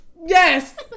Yes